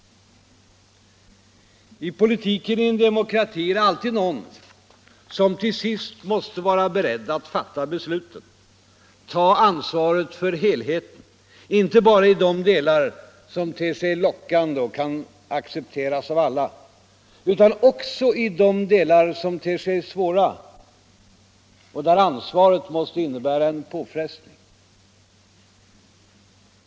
I politiken i en demokrati är det alltid någon som till sist måste vara beredd att fatta besluten, ta ansvaret för helheten, inte bara i de delar som ter sig lockande och som kan accepteras av alla utan också i de delar som ter sig svåra och där ansvaret måste innebära en påfrestning.